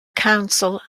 council